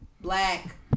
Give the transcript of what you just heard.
Black